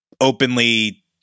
openly